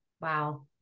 Wow